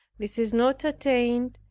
this is not attained,